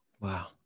Wow